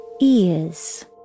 ears